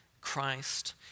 Christ